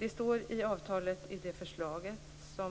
I förslaget till avtalet står